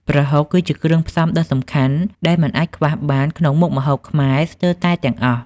ប្រហុកគឺជាគ្រឿងផ្សំដ៏សំខាន់ដែលមិនអាចខ្វះបានក្នុងមុខម្ហូបខ្មែរស្ទើរតែទាំងអស់។